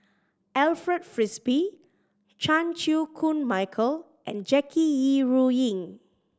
Alfred Frisby Chan Chew Koon Michael and Jackie Yi Ru Ying